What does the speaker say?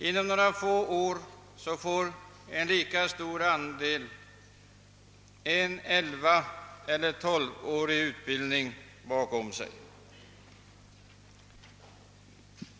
Inom några få år får en lika stor andel en elvaeller tolvårig utbildning.